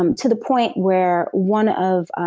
um to the point where one of.